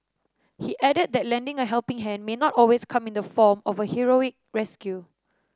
he added that lending a helping hand may not always come in the form of a heroic rescue